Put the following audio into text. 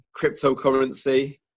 cryptocurrency